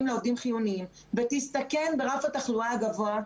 העובדים החיוניים ותסתכן ברף התחלואה הגבוה,